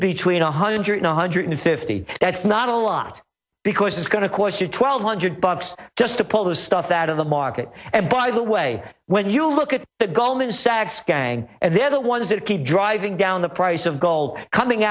between one hundred nine hundred fifty that's not a lot because it's going to cost you twelve hundred bucks just to pull this stuff out of the market and by the way when you look at the goldman sachs gang and they're the ones that keep driving down the price of gold coming